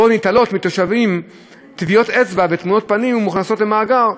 שלפיו ניטלות מתושבים טביעות אצבע ותמונות פנים ומוכנסות למאגר.